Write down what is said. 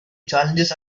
challenges